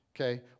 okay